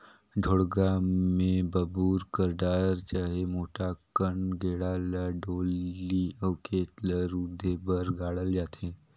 ढोड़गा मे बबूर कर डार चहे मोट अकन गेड़ा ल डोली अउ खेत ल रूधे बर गाड़ल जाथे